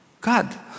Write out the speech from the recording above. God